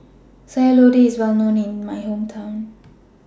Sayur Lodeh IS Well known in My Hometown